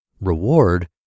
reward